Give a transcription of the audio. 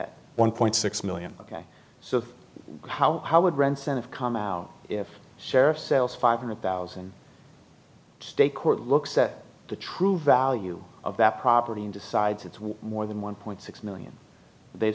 bt one point six million ok so how would rents and of come out if share sales five hundred thousand state court looks at the true value of that property and decides it's one of them one point six million they